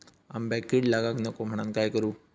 आंब्यक कीड लागाक नको म्हनान काय करू?